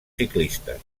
ciclistes